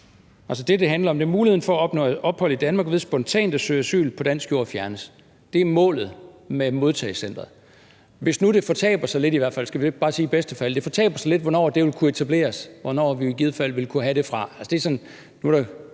Det, det handler om, er, at muligheden for at opnå ophold i Danmark ved spontant at søge asyl på dansk jord fjernes. Det er målet med modtagecenteret. Det fortaber sig i bedste fald lidt, hvornår det vil kunne etableres, hvornår vi i givet fald ville kunne have det fra.